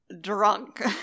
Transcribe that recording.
drunk